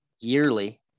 yearly